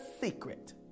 secret